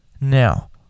Now